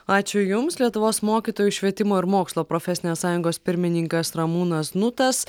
ačiū jums lietuvos mokytojų švietimo ir mokslo profesinės sąjungos pirmininkas ramūnas znutas